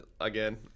again